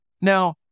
Now